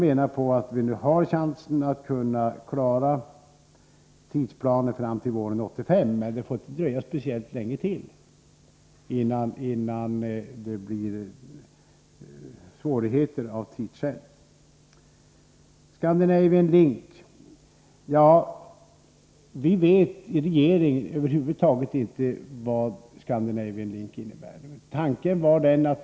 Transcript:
Vi har nu chansen att klara tidsplanen fram till våren 1985, men vi kan inte dröja speciellt länge till utan att det av tidsskäl uppkommer svårigheter. När det gäller Scandinavian Link vet vi i regeringen över huvud taget inte vad detta skulle innebära.